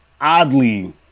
oddly